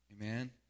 Amen